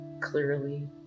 clearly